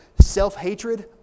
self-hatred